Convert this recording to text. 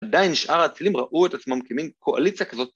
‫עדיין שאר הצילים ראו את עצמם ‫כמין קואליציה כזאת.